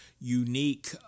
unique